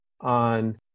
on